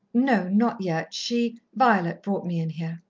no, not yet. she violet brought me in here.